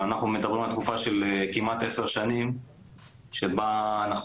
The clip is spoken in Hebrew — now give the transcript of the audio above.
ואנחנו מדברים על תקופה של כמעט 10 שנים שבה אנחנו